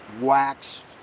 wax